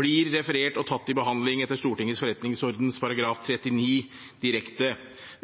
blir referert og tatt til behandling etter Stortingets forretningsordens § 39 direkte,